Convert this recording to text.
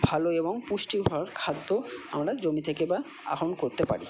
ভালো এবং পুষ্টিকর খাদ্য আমরা জমি থেকে বা আহন করতে পারি